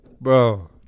Bro